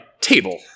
table